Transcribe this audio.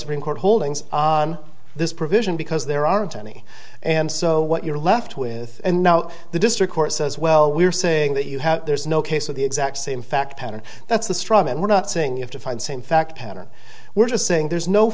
supreme court holdings on this provision because there aren't any and so what you're left with and now the district court says well we're saying that you have there's no case of the exact same fact pattern that's the straw man we're not saying you have to find same fact pattern we're just saying there's no